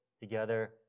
together